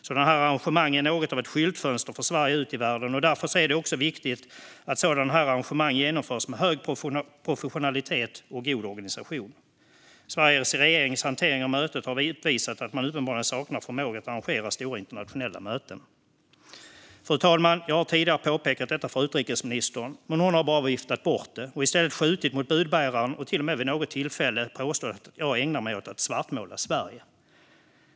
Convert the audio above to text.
Sådana här arrangemang är något av ett skyltfönster för Sverige ut i världen, och därför är det viktigt att de genomförs med hög professionalitet och god organisation. Sveriges regerings hantering av mötet har visat att man uppenbarligen saknar förmåga att arrangera stora internationella möten. Fru talman! Jag har tidigare påpekat detta för utrikesministern, men hon har bara viftat bort det och i stället skjutit mot budbäraren och till och med vid något tillfälle påstått att jag ägnar mig åt att svartmåla Sverige.